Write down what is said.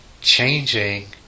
changing